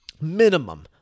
minimum